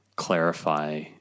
clarify